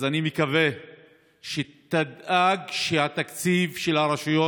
אז אני מקווה שתדאג שהתקציב של הרשויות